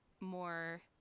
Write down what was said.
more